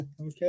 okay